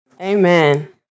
Amen